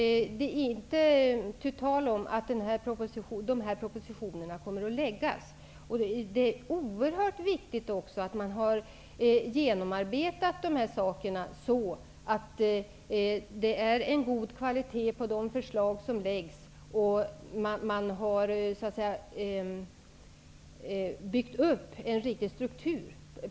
Det är inte tu tal om att dessa propositioner kommer att läggas fram. Det är oerhört viktigt att frågorna är genomarbetade så att kvaliteten är god på de förslag som läggs fram och att det har byggts upp en riktig struktur.